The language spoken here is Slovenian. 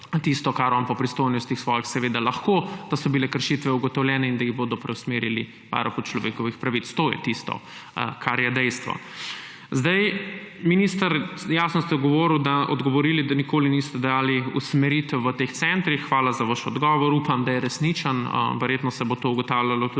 tisto, kar on po svojih pristojnostih seveda lahko, da so bile kršitve ugotovljene in da jih bodo preusmerili k Varuhu človekovih pravic. To je tisto, kar je dejstvo. Minister, jasno ste odgovorili, da nikoli niste dajali usmeritev na teh centrih. Hvala za vaš odgovor. Upam, da je resničen, verjetno se bo to ugotavljalo tudi